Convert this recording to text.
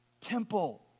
temple